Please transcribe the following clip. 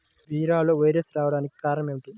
బీరలో వైరస్ రావడానికి కారణం ఏమిటి?